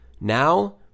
Now